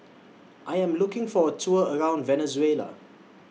I Am looking For A Tour around Venezuela